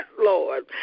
Lord